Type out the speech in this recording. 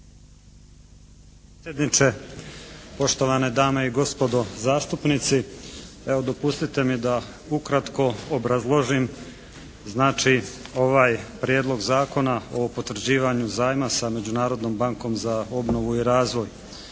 potpredsjedniče, poštovane dame i gospodo zastupnici. Evo dopustite mi da ukratko obrazložim znači ovaj Prijedlog Zakona o potvrđivanju zajma sa Međunarodnom bankom za obnovu i razvoj.